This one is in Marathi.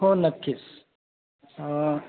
हो नक्कीच ह